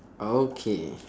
okay